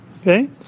Okay